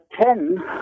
ten